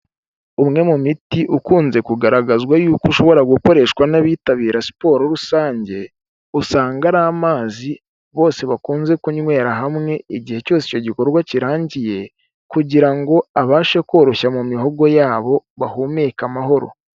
Umwe mu miti ukunze kugaragazwa yuko ushobora gukoreshwa n'abitabira siporo rusange, usanga ari amazi, bose bakunze kunywera hamwe igihe cyose icyo gikorwa kirangiye kugira ngo abashe koroshya mu mihogo yabo, bahumeke amahoro.